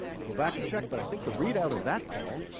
to go back and check but i think the readout of that call,